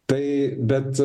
tai bet